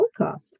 Podcast